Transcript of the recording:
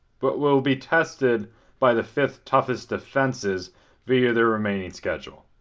but will be tested by the fifth toughest defenses via their remaining schedule.